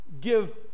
give